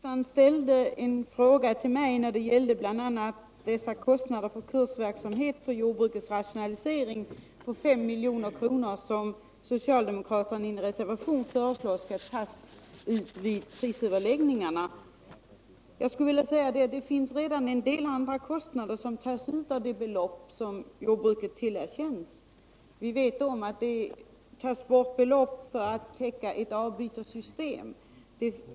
Herr talman! Jordbruksministern ställde en fråga till mig som gällde bl.a. de kostnader för kursverksamhet rörande jordbrukets rationalisering på 5 milj.kr., som socialdemokraterna i en reservation föreslår skall tas ut vid prisöverläggningarna. Det är redan en del andra kostnader som tas ut av det belopp som jordbruket tillerkänns. Vi vet att det tas ut medel för att täcka kostnaderna för ett avbytarsystem.